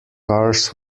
cars